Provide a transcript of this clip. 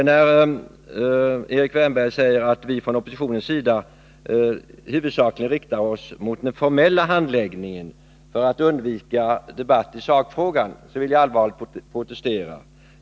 När Erik Wärnberg säger att vi från oppositionens sida huvudsakligen riktar oss mot den formella handläggningen för att undvika debatt i sakfrågan, vill jag allvarligt protestera.